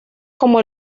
como